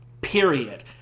period